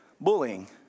Bullying